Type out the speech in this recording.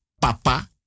papa